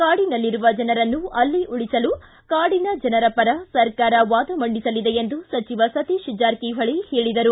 ಕಾಡಿನಲ್ಲಿರುವ ಜನರನ್ನು ಅಲ್ಲೇ ಉಳಿಸಲು ಕಾಡಿನ ಜನರ ಪರ ಸರ್ಕಾರ ವಾದ ಮಂಡಿಸಲಿದೆ ಎಂದು ಸಚಿವ ಸತೀಶ ಜಾರಕಿಹೊಳಿ ಹೇಳಿದರು